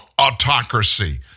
autocracy